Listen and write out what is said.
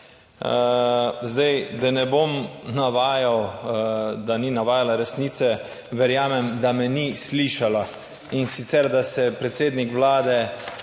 Zdaj, da ne bom navajal, da ni navajala resnice, verjamem, da me ni slišala, in sicer, da se predsednik Vlade